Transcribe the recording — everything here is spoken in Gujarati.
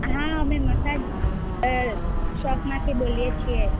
હા અમે મસાજ શોપમાંથી બોલીએ છીએ